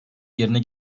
yerine